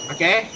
Okay